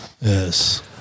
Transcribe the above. Yes